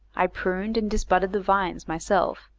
i pruned and disbudded the vines myself,